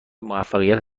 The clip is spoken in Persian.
موفقیت